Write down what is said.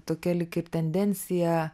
tu keli kaip tendenciją